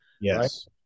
yes